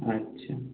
আচ্ছা